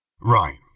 Right